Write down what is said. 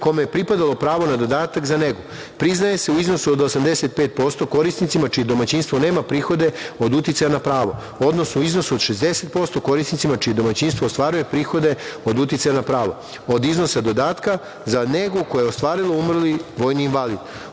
kome je pripadalo pravo na dodatak za negu. Priznaje se u iznosu od 85% korisnicima čije domaćinstvo nema prihode od uticaj na pravo, odnosno u iznosu od 60% korisnicima čije domaćinstvo ostvaruje prihode od uticaja na pravo od iznosa dodatka za negu koju je ostvario umrli vojni invalid.